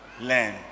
learn